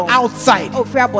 outside